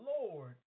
Lord